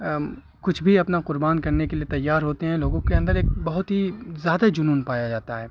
کچھ بھی اپنا قربان کرنے کے لیے تیار ہوتے ہیں لوگوں کے اندر ایک بہت ہی زیادہ جنون پایا جاتا ہے